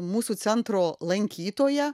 mūsų centro lankytoja